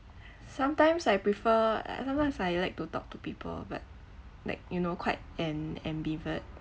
sometimes I prefer uh sometimes I like to talk to people but like you know quite am~ ambivert